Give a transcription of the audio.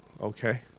Okay